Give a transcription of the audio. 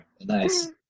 Nice